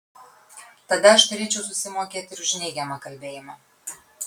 tada aš turėčiau susimokėti ir už neigiamą kalbėjimą